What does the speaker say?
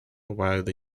widely